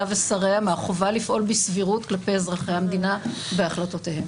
ושריה מהחובה לפעול בסבירות כלפי אזרחי המדינה בהחלטותיהם.